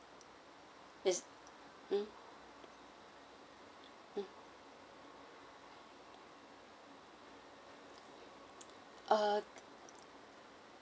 yes um um err